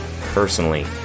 personally